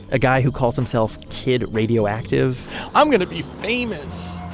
a guy who calls himself kid radioactive i'm going to be famous!